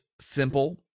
simple